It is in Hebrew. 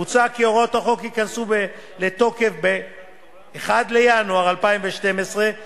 מוצע כי הוראות החוק ייכנסו לתוקף ב-1 בינואר 2012,